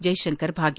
ಜೈಶಂಕರ್ ಭಾಗಿ